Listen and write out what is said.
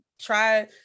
try